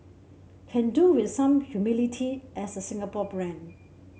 can do with some humility as a Singapore brand